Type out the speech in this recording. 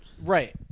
Right